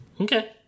Okay